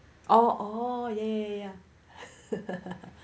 oh oh ya ya